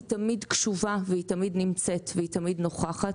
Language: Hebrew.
היא תמיד קשובה והיא תמיד נמצאת ותמיד נוכחת.